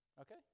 Okay